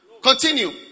Continue